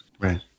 Right